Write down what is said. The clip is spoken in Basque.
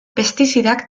pestizidak